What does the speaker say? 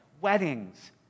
weddings